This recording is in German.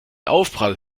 aufprall